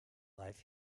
life